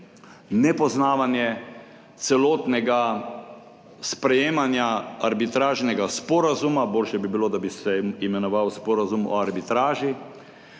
nepoznavanje celotnega sprejemanja arbitražnega sporazuma. Bolje bi bilo, da bi se imenoval sporazum o arbitraži.